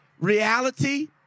reality